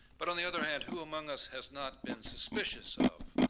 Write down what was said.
but on the other hand, who among us has not been suspicious of,